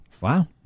Wow